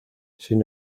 sin